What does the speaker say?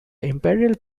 imperial